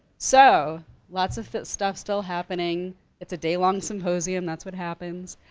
so lots of stuff still happening it's a day-long symposium, that's what happens.